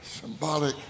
symbolic